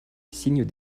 signes